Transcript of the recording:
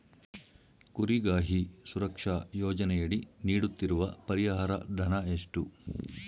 ಕುರಿಗಾಹಿ ಸುರಕ್ಷಾ ಯೋಜನೆಯಡಿ ನೀಡುತ್ತಿರುವ ಪರಿಹಾರ ಧನ ಎಷ್ಟು?